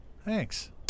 Thanks